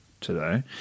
today